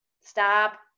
stop